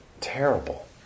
terrible